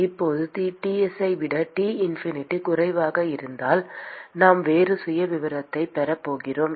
இப்போது Ts ஐ விட T infinity குறைவாக இருந்தால் நாம் வேறு சுயவிவரத்தைப் பெறப் போகிறோம்